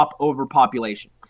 overpopulation